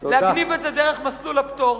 להעביר את זה דרך מסלול הפטור,